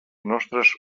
nostres